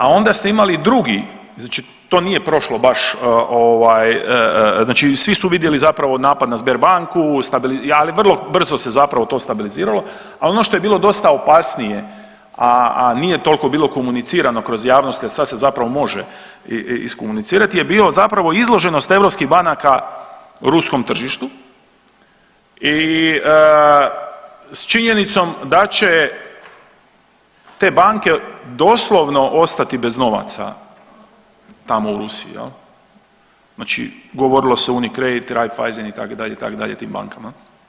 A onda ste imali drugi znači to nije prošlo baš ovaj znači svi su vidjeli zapravo napad na Sberbanku, ali vrlo brzo se zapravo to stabiliziralo, al ono što je bilo dosta opasnije, a, a nije toliko bilo komunicirano kroz javnost, a sad se zapravo može iskomunicirati je bilo zapravo izloženost europskih banaka ruskom tržištu i s činjenicom da će te banke doslovno ostati bez novaca tamo u Rusiji jel, znači govorilo se o Unicredit, Raiffeisen itd., itd. u tim bankama.